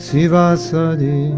Sivasadi